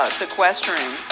sequestering